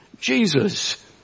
Jesus